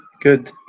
good